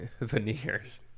Veneers